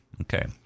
Okay